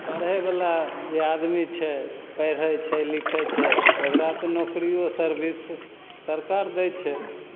पढ़यवला जे आदमी छै पढ़य छै लिखय छै तऽ ओकरा तऽ नोकरियो सर्विस सरकार दै छै